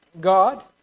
God